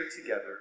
together